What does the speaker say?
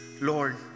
Lord